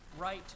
right